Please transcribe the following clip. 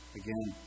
again